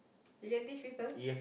you can teach people